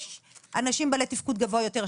יש אנשים בעלי תפקוד גבוה יותר,